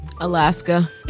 Alaska